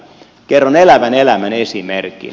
kerron elävän elämän esimerkin